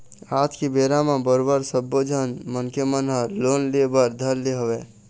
आज के बेरा म बरोबर सब्बो झन मनखे मन ह लोन ले बर धर ले हवय